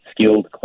skilled